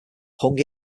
hung